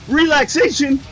relaxation